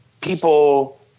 people